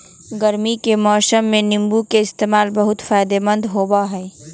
गर्मी के मौसम में नीम्बू के इस्तेमाल बहुत फायदेमंद होबा हई